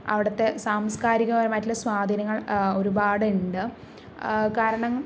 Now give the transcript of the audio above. അവിടുത്തെ സാംസ്കാരിക പരമായിട്ടുള്ള സ്വാധീനങ്ങള് ഒരുപാട് ഉണ്ട് കാരണം